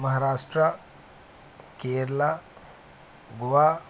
Maharashtra Kerala Goa